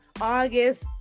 August